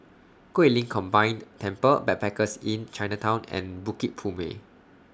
Guilin Combined Temple Backpackers Inn Chinatown and Bukit Purmei